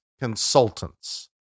consultants